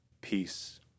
peace